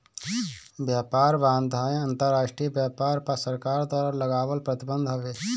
व्यापार बाधाएँ अंतरराष्ट्रीय व्यापार पअ सरकार द्वारा लगावल प्रतिबंध हवे